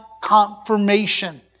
confirmation